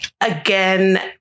again